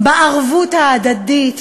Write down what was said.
בערבות ההדדית